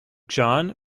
john